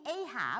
Ahab